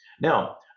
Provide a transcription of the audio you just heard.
Now